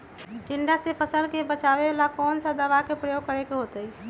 टिड्डा से फसल के बचावेला कौन दावा के प्रयोग करके होतै?